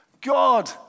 God